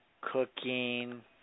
cooking